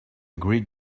great